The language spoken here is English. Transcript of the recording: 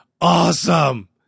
awesome